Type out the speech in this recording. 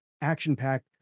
action-packed